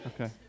Okay